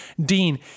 Dean